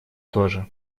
тоже